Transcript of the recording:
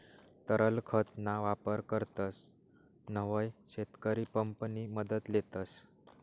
तरल खत ना वापर करतस तव्हय शेतकरी पंप नि मदत लेतस